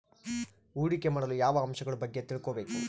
ಹೂಡಿಕೆ ಮಾಡಲು ಯಾವ ಅಂಶಗಳ ಬಗ್ಗೆ ತಿಳ್ಕೊಬೇಕು?